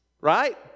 right